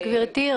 גברתי,